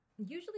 Usually